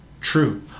True